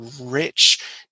rich